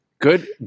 Good